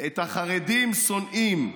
/ את החרדים שונאים.